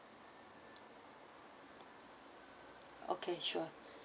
okay sure